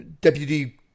Deputy